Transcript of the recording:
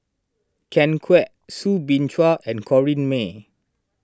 Ken Kwek Soo Bin Chua and Corrinne May